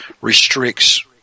restricts